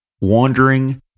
wandering